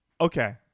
Okay